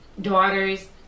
daughters